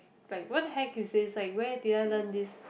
like what the heck is this like where did I learn this